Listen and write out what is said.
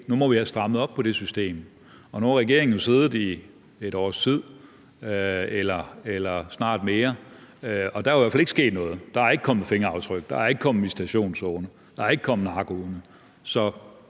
nu må vi have strammet op på det system? Nu har regeringen siddet i et års tid eller mere, og der er i hvert fald ikke sket noget. Der er ikke kommet noget med fingeraftryk, der er ikke kommet visitationszone, og der er ikke kommet narkohunde.